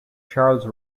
charles